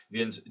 Więc